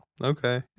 Okay